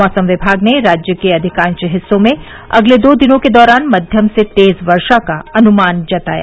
मौसम विभाग ने राज्य के अधिकांश हिस्सों में अगले दो दिनों के दौरान मध्यम से तेज वर्षा का अन्मान जताया